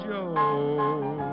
Joe